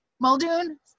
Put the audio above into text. Muldoon